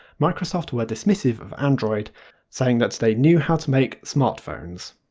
microsoft were dismissive of android saying that they knew how to make smart phones.